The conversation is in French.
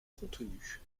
contenue